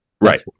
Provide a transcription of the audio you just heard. Right